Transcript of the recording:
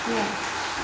সেয়াই